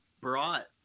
brought